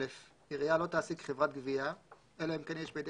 (א) עירייה לא תעסיק חברת גבייה אלא אם כן יש בידי